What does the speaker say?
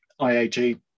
IAG